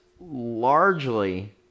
largely